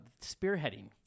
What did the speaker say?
spearheading